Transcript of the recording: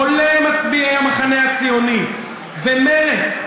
כולל מצביעי המחנה הציוני ומרצ,